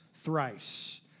thrice